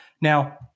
Now